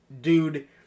dude